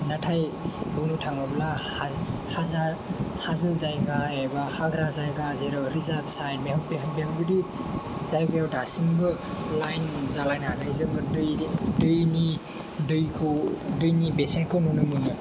नाथाय बुंनो थाङोब्ला हाजो हाजो जायगा एबा हाग्रा जायगा जेराव रिजार्ब साइड बेयाव बेबायदि जायगायाव दासिमबो लाइन जालायनानै जोङो दैनि दैखौ देनि बेसेनखौ नुनो मोनो